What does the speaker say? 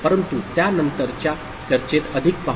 परंतु त्या नंतरच्या चर्चेत अधिक पाहू